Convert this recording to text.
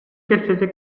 кэпсэтэ